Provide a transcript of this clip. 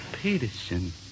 Peterson